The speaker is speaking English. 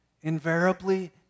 invariably